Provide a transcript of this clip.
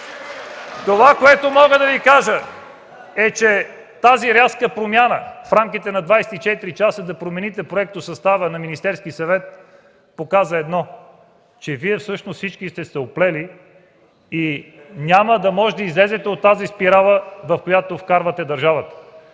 Това, което мога да Ви кажа, е, че тази рязка промяна – в рамките на 24 часа да промените проектосъстава на Министерския съвет, показа едно, че Вие всъщност всички сте се оплели и няма да можете да излезете от тази спирала, в която вкарвате държавата